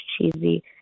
cheesy